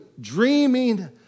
dreaming